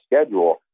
schedule